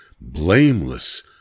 blameless